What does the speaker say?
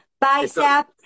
bicep